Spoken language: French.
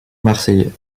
marseillais